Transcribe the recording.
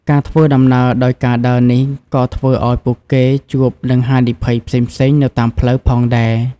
ការធ្វើដំណើរដោយការដើរនេះក៏ធ្វើឱ្យពួកគេជួបនឹងហានិភ័យផ្សេងៗនៅតាមផ្លូវផងដែរ។